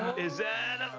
is that?